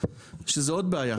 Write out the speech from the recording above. שזה עוד בעיה.